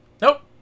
Nope